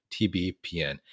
TBPN